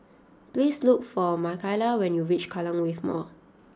please look for Makaila when you reach Kallang Wave Mall